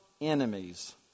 enemies